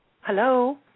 Hello